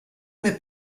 mir